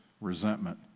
resentment